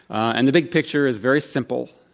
and the big picture is very simple,